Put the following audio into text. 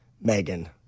Megan